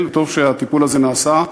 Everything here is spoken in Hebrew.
וטוב שהטיפול הזה נעשה,